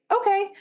Okay